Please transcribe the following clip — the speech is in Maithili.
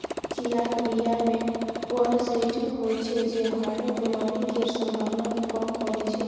चियाक बीया मे क्वरसेटीन होइ छै जे हार्टक बेमारी केर संभाबना केँ कम करय छै